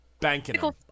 banking